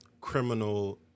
criminal